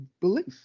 belief